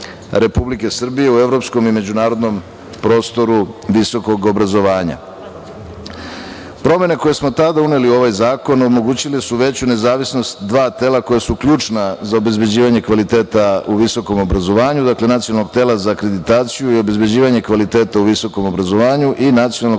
Republike Srbije u evropskom i međunarodnom prostoru visokog obrazovanja. Promene koje smo tada uneli u ovaj zakon omogućile su veću nezavisnost dva tela koja su ključna za obezbeđivanje kvaliteta u visokom obrazovanju, dakle Nacionalnog tela za akreditaciju i obezbeđivanje kvaliteta u visokom obrazovanju i Nacionalnog